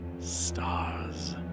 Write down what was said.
Stars